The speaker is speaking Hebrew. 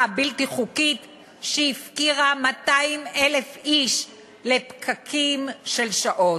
הבלתי-חוקית שהפקירה 200,000 איש בפקקים של שעות.